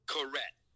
Correct